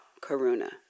karuna